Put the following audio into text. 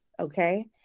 Okay